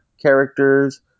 characters